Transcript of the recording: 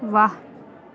वाह्